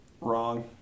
Wrong